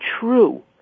true